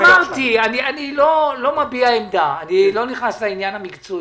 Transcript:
אני לא מביע עמדה, אני לא נכנס לעניין המקצועי.